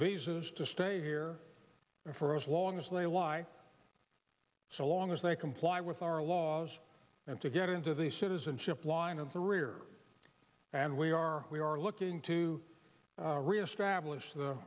visas to stay here for as long as they lie so long as they comply with our laws and to get into the citizenship line of the rear and we are we are looking to reestablish the